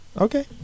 okay